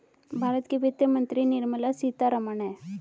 भारत की वित्त मंत्री निर्मला सीतारमण है